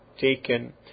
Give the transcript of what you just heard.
taken